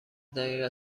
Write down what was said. دقیقه